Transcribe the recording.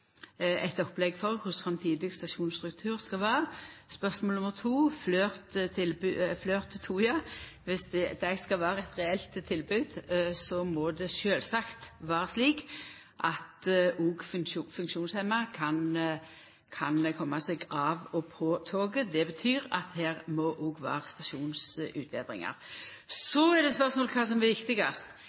eit opplegg for korleis framtidig stasjonsstruktur skal vera. Til spørsmål nr. 2: Dersom Flirt-toga skal vera eit reelt tilbod, må det sjølvsagt vera slik at også funksjonshemma kan koma seg av og på toget. Det betyr at her må det vera stasjonsutbetringar. Så er det spørsmål om kva som er